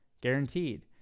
guaranteed